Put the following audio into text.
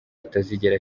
atazigera